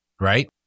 right